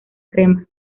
crema